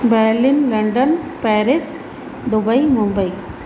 Berlin London Paris Dubai Mumbai